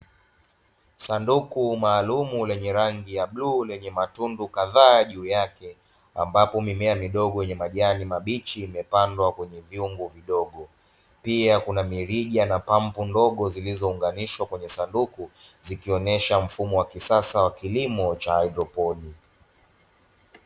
Sanduku maalumu lenye rangi ya bluu lenye matundu kadhaa juu yake, ambapo mimea midogo yenye majani mabichi imepandwa kwenye vyungu vidogo, pia kuna mirija na pampu ndogo zilizounganishwa kwenye sanduku, zikionyesha mfumo wa kisasa wa kilimo cha haidroponi.